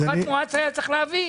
פחת מואץ, היה צריך להביא.